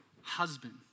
husband